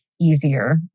easier